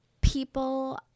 people